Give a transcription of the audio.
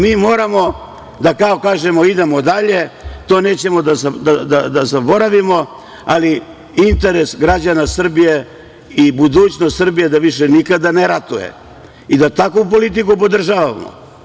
Mi moramo da kao kažemo – idemo dalje, to nećemo da zaboravimo, ali interes građana Srbije i budućnost Srbije da više nikada ne ratuje i da takvu politiku podržavamo.